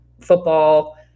football